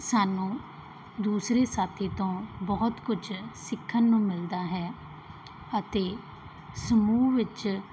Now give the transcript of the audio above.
ਸਾਨੂੰ ਦੂਸਰੇ ਸਾਥੀ ਤੋਂ ਬਹੁਤ ਕੁਝ ਸਿੱਖਣ ਨੂੰ ਮਿਲਦਾ ਹੈ ਅਤੇ ਸਮੂਹ ਵਿੱਚ